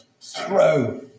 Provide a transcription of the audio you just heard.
throw